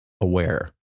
aware